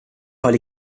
oli